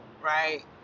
right